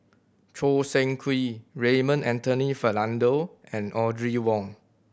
Choo Seng Quee Raymond Anthony Fernando and Audrey Wong